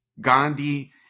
Gandhi